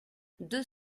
deux